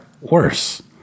worse